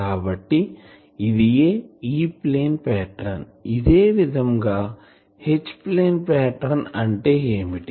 కాబట్టి ఇదియే E plane pattern ఇదే విధంగా H ప్లేన్ పాటర్న్ అంటే ఏమిటి